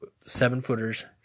seven-footers